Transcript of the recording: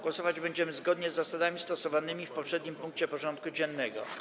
Głosować będziemy zgodnie z zasadami stosowanymi w poprzednim punkcie porządku dziennego.